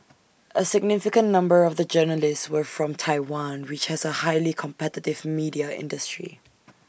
A significant number of the journalists were from Taiwan which has A highly competitive media industry